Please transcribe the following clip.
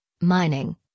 mining